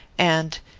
and,